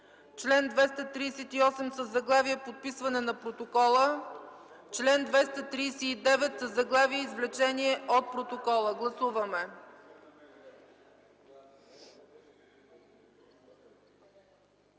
чл. 238 със заглавие „Подписване на протокола”, чл. 239 със заглавие „Извлечение от протокола”. Гласуваме!